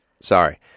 Sorry